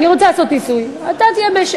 אדוני השר,